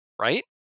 right